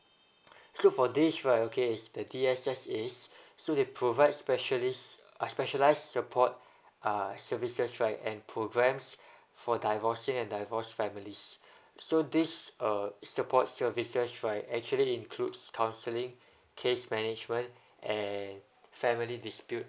so for this right okay is the D_S_S_As so they provide specialist uh specialised support uh services right and programs for divorcing and divorced families so this uh support services right actually includes counselling case management and family dispute